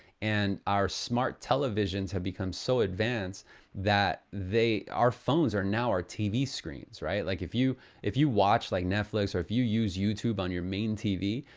and our smart televisions have become so advanced that our phones are now our tv screens, right? like if you if you watch like netflix or if you use youtube on your main tv,